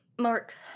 Mark